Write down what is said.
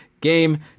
game